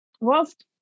whilst